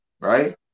right